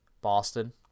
Boston